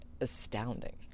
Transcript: astounding